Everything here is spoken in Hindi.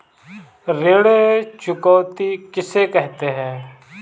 ऋण चुकौती किसे कहते हैं?